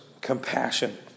compassion